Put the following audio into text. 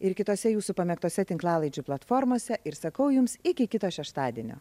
ir kitose jūsų pamėgtose tinklalaidžių platformose ir sakau jums iki kito šeštadienio